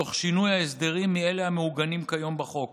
תוך שינוי ההסדרים מאלה המעוגנים כיום בחוק.